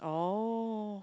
oh